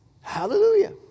Hallelujah